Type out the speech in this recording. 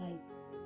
lives